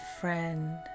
friend